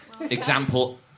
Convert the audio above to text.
example